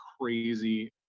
crazy